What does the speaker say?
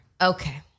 Okay